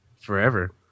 forever